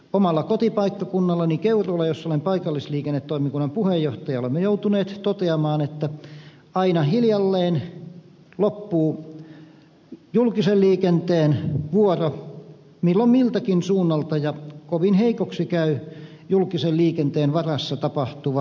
omalla kotipaikkakunnallani keuruulla jossa olen paikallisliikennetoimikunnan puheenjohtaja olemme joutuneet toteamaan että aina hiljalleen loppuu julkisen liikenteen vuoro milloin miltäkin suunnalta ja kovin heikoksi käy julkisen liikenteen varassa tapahtuva liikkuminen